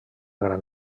gran